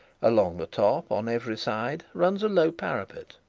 along the top, on every side, runs a low parapet,